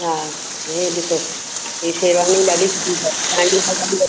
हा हे ॾिसो हीअ शेरवानी बि ॾाढी सुठी अथव